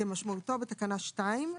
כמשמעותה בתקנה 2,